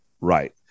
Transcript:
right